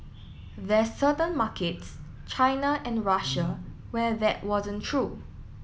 there's certain markets China and Russia where that wasn't true